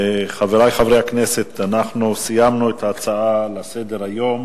חברי חברי הכנסת, אנחנו סיימנו את ההצעה לסדר-היום